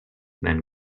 than